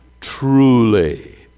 truly